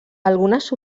algunes